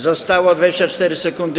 Zostały 24 sekundy.